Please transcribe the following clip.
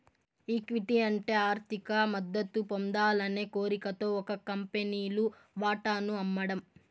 equity అంటే ఆర్థిక మద్దతు పొందాలనే కోరికతో ఒక కంపెనీలు వాటాను అమ్మడం